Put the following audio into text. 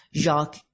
Jacques